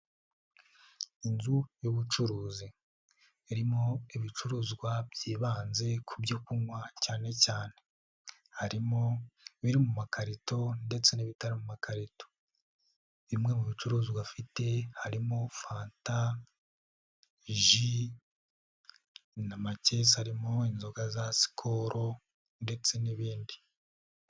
Inzu y'ubucuruzi irimo ibicuruzwa byibanze ku byo kunywa cyane cyane, harimo ibiri mu makarito ndetse n'ibitari mu makarito, bimwe mu bicuruzwa afite harimo: fanta, ji, amakesi arimo inzoga za Skol ndetse n'ibindi.